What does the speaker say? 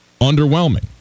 underwhelming